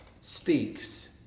speaks